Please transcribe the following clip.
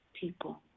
people